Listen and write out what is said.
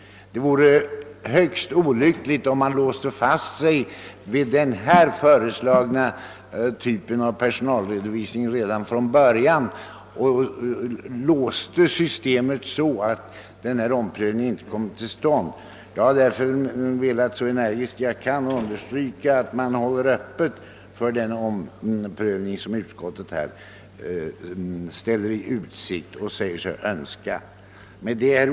Det vore synnerligen olyckligt om man låste sig vid den här föreslagna typen av personalredovisning redan från början, så att någon omprövning inte kommer till stånd. Jag har därför så energiskt som möjligt velat understryka att man skall hålla öppet för den omprövning som utskottet ställer i utsikt och säger sig önska. Herr talman!